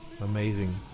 amazing